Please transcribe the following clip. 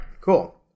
cool